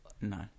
No